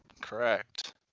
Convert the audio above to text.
Correct